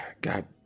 God